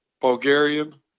Bulgarian